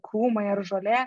krūmai ar žolė